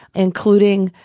including,